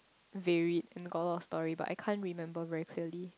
very got a lot of story but I can't remember very clearly